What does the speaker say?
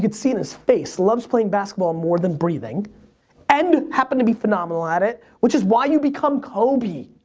can see it in his face, loves playing basketball more than breathing and happened to be phenomenal at it which is why you become kobe.